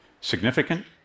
Significant